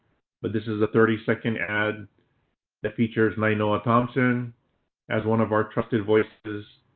but this is a thirty second ad that features nainoa thompson as one of our trusted voices,